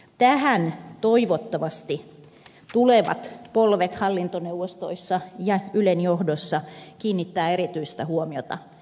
tähän toivottavasti tulevat polvet hallintoneuvostoissa ja ylen johdossa kiinnittävät erityistä huomiota